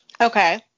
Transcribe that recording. Okay